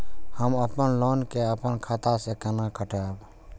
हम अपन लोन के अपन खाता से केना कटायब?